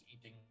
eating